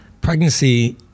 Pregnancy